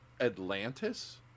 Atlantis